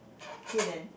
okay then